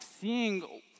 seeing